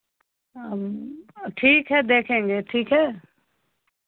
अब ठीक है देखेंगे ठीक है